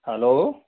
hello